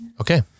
Okay